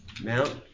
Mount